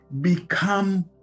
become